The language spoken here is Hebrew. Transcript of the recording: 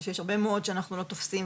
ושיש הרבה מאוד שאנחנו לא תופסים,